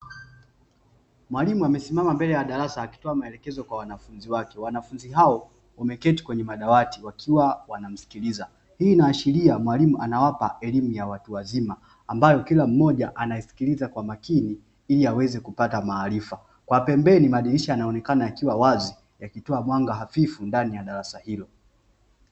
Mwalimu amesimama mbele ya darasa akitoa maelezo kwa wanafunzi wake, wanafunzi hao wameketi kwenye madawati, wakiwa wanamsikiliza, hii inaashiria mwalimu anawapa elimu ya watu wazima , ambayo kila mmoja anasikiliza kwa makini ili aweze kupata maarifa, kwa pembeni kuna madirisha yanayo toa mwanga hafifu katika darasa hilo.